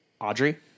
Audrey